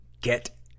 get